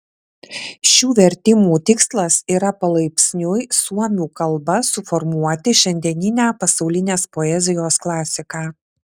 šių vertimų tikslas yra palaipsniui suomių kalba suformuoti šiandieninę pasaulinės poezijos klasiką